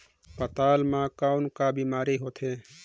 पातल म कौन का बीमारी होथे?